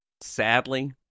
sadly